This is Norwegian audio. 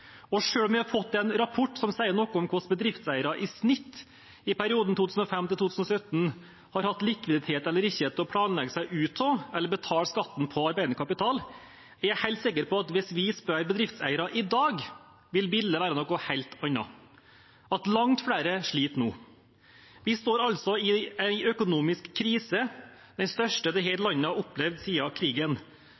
om vi har fått en rapport som sier noe om hvordan bedriftseiere i snitt i perioden 2005–2017 har hatt likviditet eller ikke til å planlegge seg ut av eller betale skatten på arbeidende kapital, er jeg helt sikker på at hvis vi spør bedriftseiere i dag, vil bildet være noe helt annet: at langt flere sliter nå. Vi står altså i en økonomisk krise, den største dette landet har opplevd siden krigen. Når økonomien har nedgang, kommer det